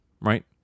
right